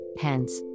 hence